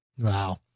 Wow